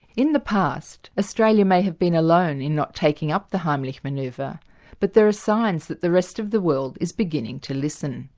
in the past australia may have been alone in not taking up the heimlich manoeuvre but there are signs that the rest of the world is beginning to listen.